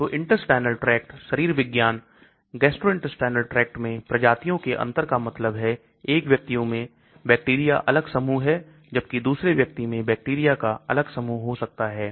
तो intestinal tract शरीर विज्ञान gastrointestinal tract मैं प्रजातियों के अंतर का मतलब है एक व्यक्ति में बैक्टीरिया अलग समूह है जबकि दूसरे व्यक्ति में बैक्टीरिया का अलग समूह हो सकता है